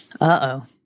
Uh-oh